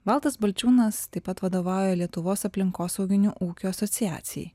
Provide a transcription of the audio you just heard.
valdas balčiūnas taip pat vadovauja lietuvos aplinkosauginių ūkių asociacijai